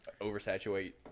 oversaturate